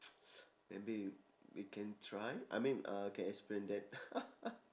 maybe we can try I mean uh can explain that